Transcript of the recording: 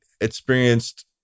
experienced